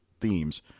themes